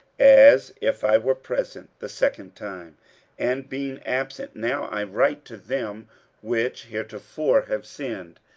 as if i were present, the second time and being absent now i write to them which heretofore have sinned,